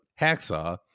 Hacksaw